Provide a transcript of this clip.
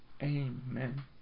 Amen